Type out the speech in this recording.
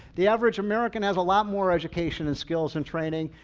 the average american has a lot more education and skills and training,